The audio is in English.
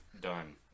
done